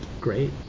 Great